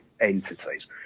entities